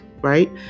right